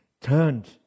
turned